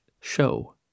show